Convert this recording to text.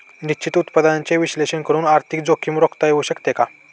निश्चित उत्पन्नाचे विश्लेषण करून आर्थिक जोखीम रोखता येऊ शकते का?